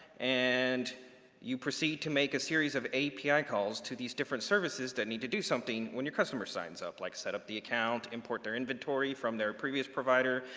and you proceed to make a series of api calls to these different services that need to do something when your customer signs up, like set up the account, import their inventory from their previous provider.